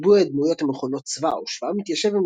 ריבוי הדמויות המכונות סבא או שבא מתיישב עם